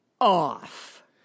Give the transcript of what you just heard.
off